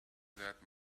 that